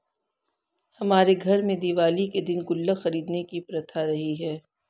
हमारे घर में दिवाली के दिन गुल्लक खरीदने की प्रथा रही है